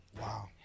Wow